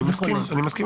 אני מסכים איתך.